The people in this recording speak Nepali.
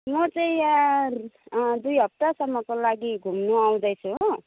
म चाहिँ यहाँ दुई हप्तासम्मको लागि घुम्नु आउँदैछु हो